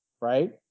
Right